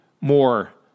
more